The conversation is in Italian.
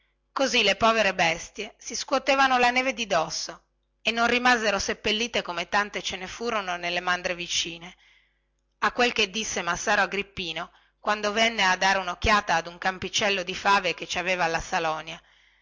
così le povere bestie si scuotevano la neve di dosso e non rimasero seppellite come tante ce ne furono nelle mandre vicine a quel che disse massaro agrippino quando venne a dare unocchiata ad un campicello di fave che ci aveva alla salonia